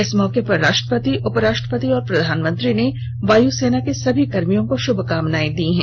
इस मौके पर राष्ट्रपति उपराष्ट्रपति और प्रधानमंत्री ने वायू सेना के सभी कर्मियों को श्भकामनाएं दी हैं